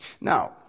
Now